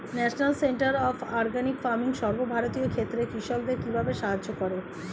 National centre of organic farming সর্বভারতীয় ক্ষেত্রে কৃষকদের কিভাবে সাহায্য করে?